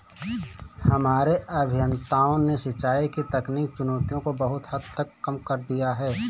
हमारे अभियंताओं ने सिंचाई की तकनीकी चुनौतियों को बहुत हद तक कम कर दिया है